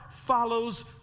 follows